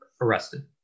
arrested